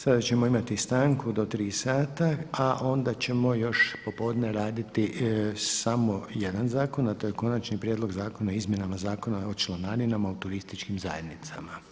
Sada ćemo imati stanku do tri sata, a onda ćemo još popodne raditi samo jedan zakon, a to je Konačni prijedlog Zakona o izmjenama Zakona o članarinama u turističkim zajednicama.